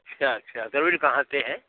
अच्छा अच्छा द्रविड़ कहाँ पर है